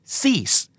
cease